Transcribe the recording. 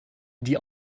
die